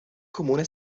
comune